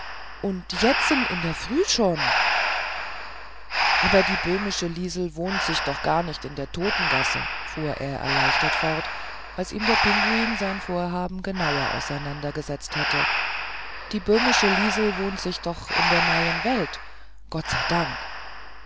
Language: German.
und jetzen in der früh schon aber die böhmische liesel wohnt sich doch gar nicht in der totengassen fuhr er erleichtert fort als ihm der pinguin sein vorhaben genauer auseinandergesetzt hatte die bähmische liesel wohnt sich doch in der neien welt gott sei dank